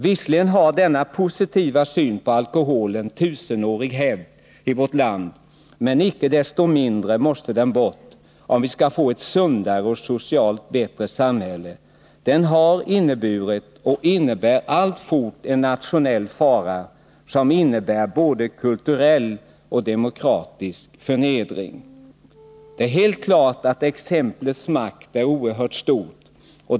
Visserligen har denna positiva syn på alkoholen tusenårig hävd i vårt land, men icke desto mindre måste den bort, om vi skall få ett sundare och socialt bättre samhälle. Den har inneburit och innebär alltfort en nationell fara, som för med sig både kulturell och demokratisk förnedring. Det är helt klart att exemplets makt är oerhört stor.